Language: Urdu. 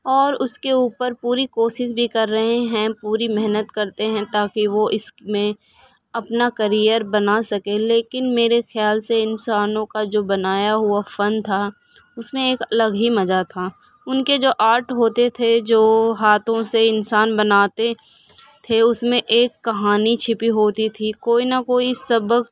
اور اس کے اوپر پوری کوشش بھی کر رہے ہیں پوری محنت کرتے ہیں تا کہ وہ اس میں اپنا کریر بنا سکیں لیکن میرے خیال سے انسانوں کا جو بنایا ہوا فن تھا اس میں ایک الگ ہی مزہ تھا ان کے جو آرٹ ہوتے تھے جو ہاتھوں سے انسان بناتے تھے اس میں ایک کہانی چھپی ہوتی تھی کوئی نہ کوئی سبق